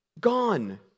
gone